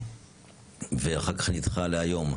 ואחר כך נדחה להיום,